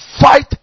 fight